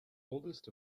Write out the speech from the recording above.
oldest